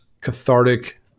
cathartic